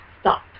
Stop